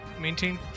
Maintain